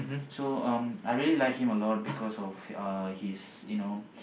so um I really like him a lot because of uh his you know